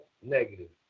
negative